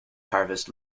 harvest